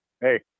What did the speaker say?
hey